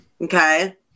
Okay